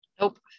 Nope